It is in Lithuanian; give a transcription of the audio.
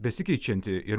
besikeičianti ir